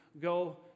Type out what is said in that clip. go